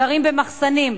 גרים במחסנים,